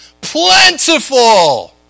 Plentiful